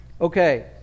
okay